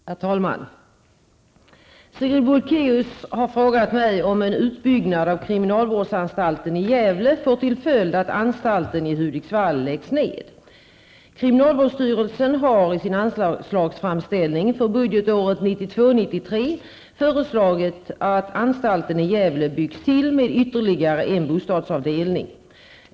Herr talman! Sigrid Bolkéus har frågat mig om en utbyggnad av kriminalvårdsanstalten i Gävle får till följd att anstalten i Hudiksvall läggs ned. Kriminalvårdsstyrelsen har i sin anslagsframställning för budgetåret 1992/93 föreslagit att anstalten i Gävle byggs till med ytterligare en bostadsavdelning.